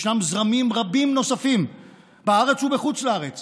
ישנם זרמים רבים נוספים בארץ ובחוץ לארץ